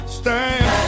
stand